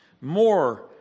more